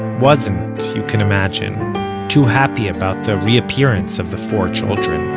wasn't you can imagine too happy about the reappearance of the four children.